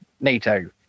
nato